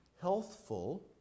healthful